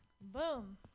Boom